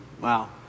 Wow